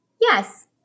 Yes